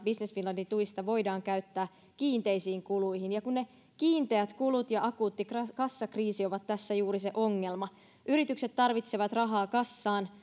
business finlandin tuista voidaan käyttää kiinteisiin kuluihin vaikka ne kiinteät kulut ja akuutti kassakriisi ovat tässä juuri se ongelma yritykset tarvitsevat rahaa kassaan